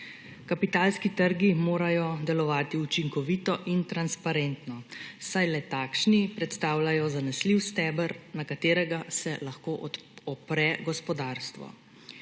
Kapitalski trgi morajo delovati učinkovito in transparentno, saj le takšni predstavljajo zanesljiv steber, na katerega se lahko opre gospodarstvo.